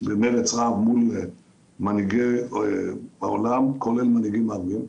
במרץ רב מול מנהיגי העולם, כולל מנהיגים ערביים,